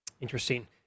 Interesting